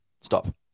stop